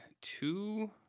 two